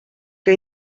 que